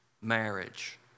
marriage